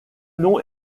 nom